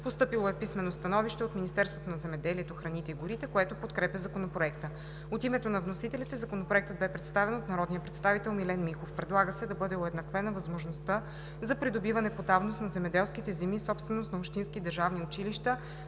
Постъпило е писмено становище от Министерството на земеделието, храните и горите, което подкрепя Законопроекта. От името на вносителите Законопроектът бе представен от народния представител Милен Михов. Предлага се да бъде уеднаквена възможността за придобиване по давност на земеделските земи, собственост на общински и държавни училища,